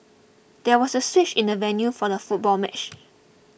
there was a switch in the venue for the football match